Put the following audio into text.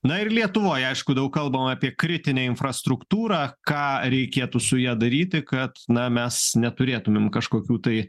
na ir lietuvoj aišku daug kalbama apie kritinę infrastruktūrą ką reikėtų su ja daryti kad na mes neturėtumėm kažkokių tai